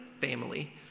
family